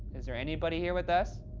is there anybody here with us?